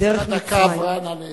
דקה עברה, נא לצמצם.